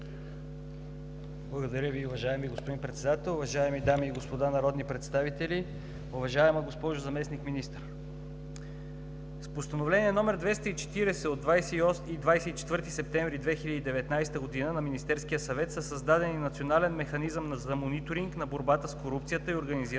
Благодаря Ви, уважаеми господин Председател. Уважаеми дами и господа народни представители! Уважаема госпожо Заместник министър-председател, с Постановление № 240 от 24 септември 2019 г. на Министерския съвет са създадени Национален механизъм за мониторинг на борбата с корупцията и организираната